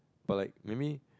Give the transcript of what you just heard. but like maybe